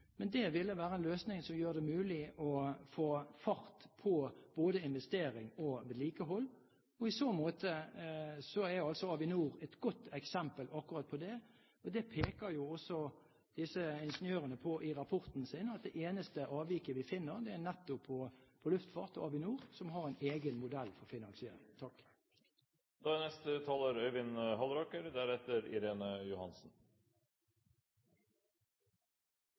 Men det er en løsning som ville gjøre det mulig å få fart på både investering og vedlikehold. I så måte er Avinor et godt eksempel på akkurat det. Det peker jo også disse ingeniørene på i rapporten sin, at det eneste avviket vi finner, er nettopp på luftfart og Avinor, som har en egen modell for